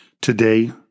Today